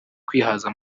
kwihaza